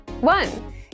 One